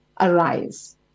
arise